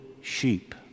sheep